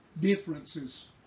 differences